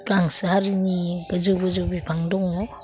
गांसो हारिनि गोजौ गोजौ बिफां दङ